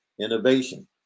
Innovation